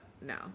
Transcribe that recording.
no